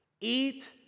Eat